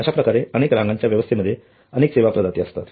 अश्या प्रकारे अनेक रांगांच्या व्यवस्थेमध्ये अनेक सेवा प्रदाते असतात